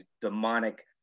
demonic